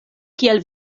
kiel